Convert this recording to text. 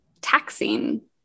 taxing